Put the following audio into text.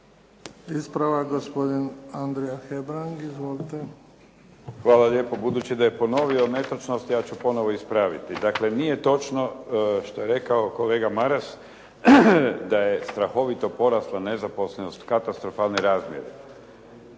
Ispravak gospodin Andrija Hebrang. Izvolite. **Hebrang, Andrija (HDZ)** Hvala lijepo. Budući da je ponovio netočnost, ja ću ponovo ispraviti. Dakle, nije točno što je rekao kolega Maras, da je strahovito porasla nezaposlenost u katastrofalne razmjere.